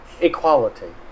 Equality